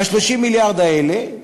מ-30 המיליארד האלה